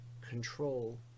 control